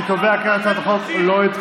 אני קובע כי הצעת החוק התקבלה.